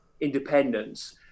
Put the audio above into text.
independence